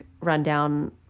rundown